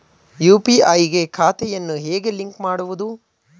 UPI ಗೆ ಖಾತೆಯನ್ನು ಹೇಗೆ ಲಿಂಕ್ ಮಾಡುವುದು?